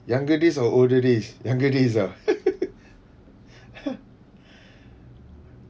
younger days or older days younger days ah